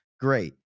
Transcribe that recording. great